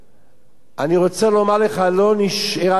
אני רוצה לומר לך, לא נשארה שמשה.